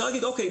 אוקיי,